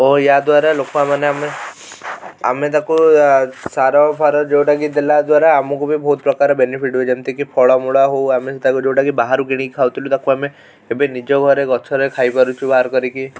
ଓ ୟା ଦ୍ଵାରା ଲୋକମାନେ ଆମେ ଆମେ ତାକୁ ସାର ଫାର ଯେଉଁଟା କି ଦେଲା ଦ୍ଵାରା ଆମକୁ ବି ବହୁତ ପ୍ରକାର ବେନିଫିଟ୍ ହୁଏ ଯେମିତି କି ଫଳ ମୂଳ ହଉ ଆମେ ତାକୁ ଯେଉଁଟା କି ବାହାରୁ କିଣିକି ଖାଉଥିଲୁ ତାକୁ ଆମେ ଏବେ ନିଜ ଘରେ ଗଛରେ ଖାଇ ପାରୁଛୁ ବାହାର କରିକି